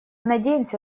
надеемся